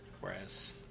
Whereas